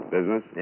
Business